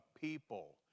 people